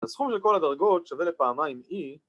‫הסכום של כל הדרגות שווה לפעמיים E.